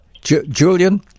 Julian